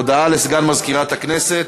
הודעה לסגן מזכירת הכנסת,